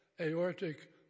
aortic